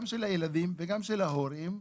גם של הילדים וגם של ההורים,